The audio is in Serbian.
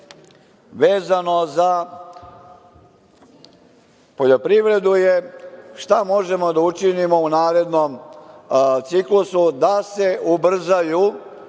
vezano za poljoprivredu je, šta možemo da učinimo u narednom ciklusu da se ubrzaju